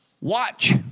Watch